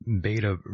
beta